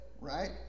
right